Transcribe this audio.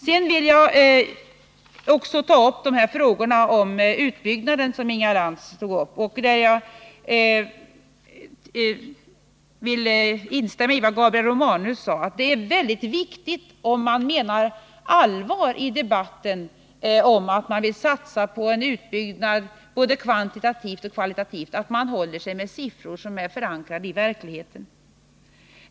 Sedan vill jag också säga något om de frågor om utbyggnaden som Inga Lantz tog upp. Jag instämmer i vad Gabriel Romanus yttrade, nämligen att om man menar allvar när man säger i debatten att man vill satsa på en utbyggnad både kvantitativt och kvalitativt, är det mycket viktigt att man håller sig med siffror som är förankrade i verkligheten.